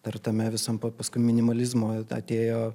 dar tame visam paskui minimalizmo atėjo